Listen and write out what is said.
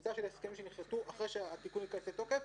וקבוצה של הסכמים שנכרתו אחרי שהתיקון ייכנס לתוקף.